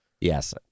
Yes